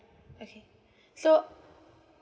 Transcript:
okay so